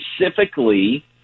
specifically